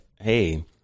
hey